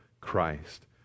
Christ